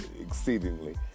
exceedingly